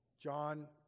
John